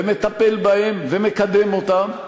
ומטפל בהן, ומקדם אותן,